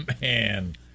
man